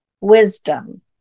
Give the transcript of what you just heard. wisdom